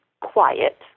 quiet